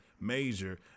major